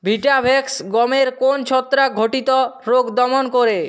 Vitavax গমের কোন ছত্রাক ঘটিত রোগ দমন করে?